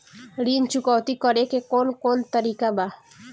ऋण चुकौती करेके कौन कोन तरीका बा?